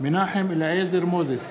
מנחם אליעזר מוזס,